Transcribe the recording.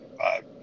five